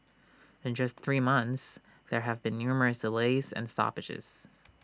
in just three months there have been numerous delays and stoppages